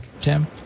Tim